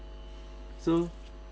so